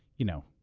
you know,